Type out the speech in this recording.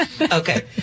Okay